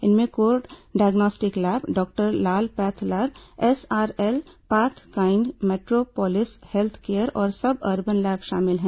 इनमें core diagnostic lab doctor Lal path lab SRL pathkind metropolis health care और suburban lab शामिल हैं